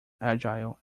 agile